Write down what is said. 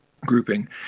grouping